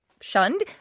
shunned